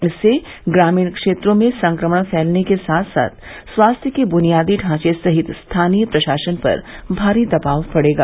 इससे ग्रामीण क्षेत्रों में संक्रमण फैलने के साथ ही स्वास्थ्य के बुनियादी ढांचे सहित स्थानीय प्रशासन पर भारी दबाव पड़ेगा